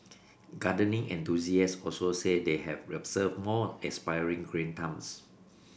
gardening enthusiasts also say that they have observed more aspiring green thumbs